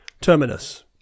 terminus